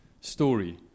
story